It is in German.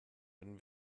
wenn